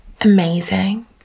amazing